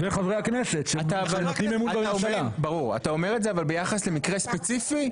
אתה אומר את זה, אבל ביחס למקרה ספציפי?